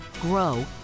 grow